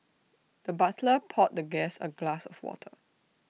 the butler poured the guest A glass of water